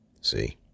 See